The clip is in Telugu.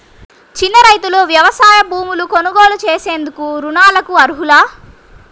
చిన్న రైతులు వ్యవసాయ భూములు కొనుగోలు చేసేందుకు రుణాలకు అర్హులా?